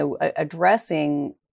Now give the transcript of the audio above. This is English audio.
addressing